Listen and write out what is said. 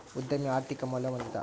ಉದ್ಯಮಿ ಆರ್ಥಿಕ ಮೌಲ್ಯ ಹೊಂದಿದ